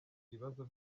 ibibazo